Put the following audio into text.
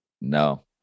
No